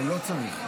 לא צריך.